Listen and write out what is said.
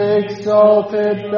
exalted